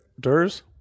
Durs